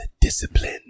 discipline